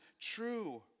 true